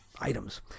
items